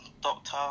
doctor